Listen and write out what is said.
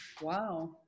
Wow